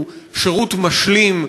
הוא שירות משלים,